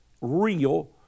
real